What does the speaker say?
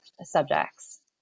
subjects